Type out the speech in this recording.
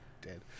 Dead